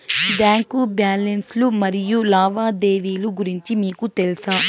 Bank balance లు మరియు లావాదేవీలు గురించి మీకు తెల్సా?